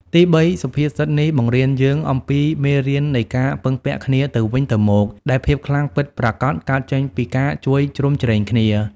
ទីបី សុភាសិតនេះបង្រៀនយើងអំពីមេរៀននៃការពឹងពាក់គ្នាទៅវិញទៅមក ដែលភាពខ្លាំងពិតប្រាកដកើតចេញពីការជួយជ្រោមជ្រែងគ្នា។